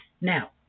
Now